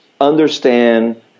understand